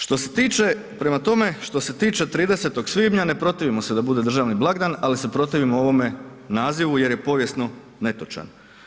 Što se tiče, prema tome što se tiče 30. svibnja ne protivimo se da bude državni blagdan ali se protivimo ovome nazivu jer je povijesno netočan.